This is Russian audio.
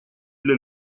для